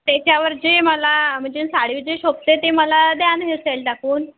त्याच्यावर जे मला म्हणजे साडीवर शोभते ते मला द्या न हेअरस्टाईल टाकून